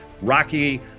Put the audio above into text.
Rocky